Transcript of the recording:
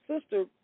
sister